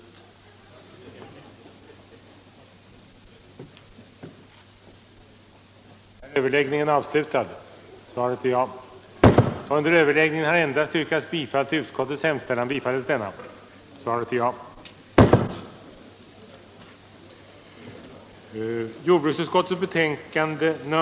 2. att etiska kommittéer med lekmannainslag inrättades vid alla forskningsanstalter där djurförsök utfördes, däribland psykologiska institutioner samt försvarets forskningsanstalt, 3. att lantbruksstyrelsen skulle få i uppdrag att utreda och framlägga förslag till organisation för djurtillsyn över travoch galoppträning, samt